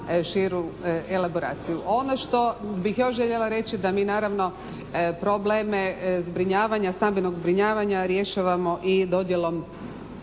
širu elaboraciju. Ono što bih još željela reći da mi naravno probleme zbrinjavanja, stambenog zbrinjavanja rješavamo i dodjelom